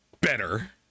better